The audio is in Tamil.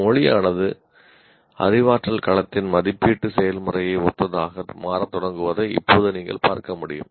மொழியானது அறிவாற்றல் களத்தின் மதிப்பீட்டு செயல்முறையை ஒத்ததாக மாறத் தொடங்குவதை இப்போது நீங்கள் பார்க்க முடியும்